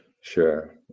Sure